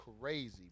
crazy